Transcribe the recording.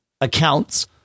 accounts